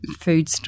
food